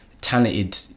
talented